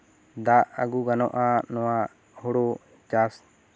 ᱫᱟᱜ ᱟᱜᱩ ᱜᱟᱱᱚᱜᱼᱟ ᱱᱚᱶᱟ ᱦᱩᱲᱩ ᱪᱟᱥ